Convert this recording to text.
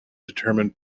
determine